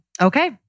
okay